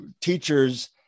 teachers